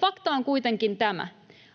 Fakta on kuitenkin tämä: